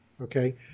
Okay